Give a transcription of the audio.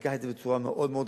לקח את זה בצורה מאוד רצינית,